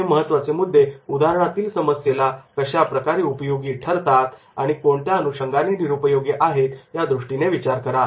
हे महत्त्वाचे मुद्दे उदाहरणातील समस्येला कशाप्रकारे उपयोगी ठरतात आणि कोणते त्या अनुषंगाने निरुपयोगी आहेत या दृष्टीने विचार करा